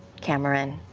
cameron?